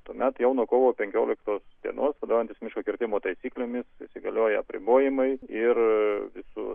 tuomet jau nuo kovo penkioliktos dienos vadovaujantis miško kirtimo taisyklėmis įsigalioję apribojimai ir visų